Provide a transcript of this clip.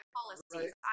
policies